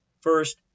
First